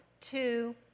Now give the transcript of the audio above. Two